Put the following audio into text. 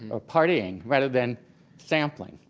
ah partying, rather than sampling.